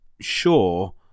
sure